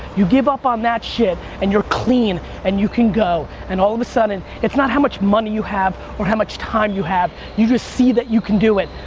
you give up on that shit and you're clean and you can go. and all of a sudden, it's not how much money you have or how much time you have. you just see that you can do it.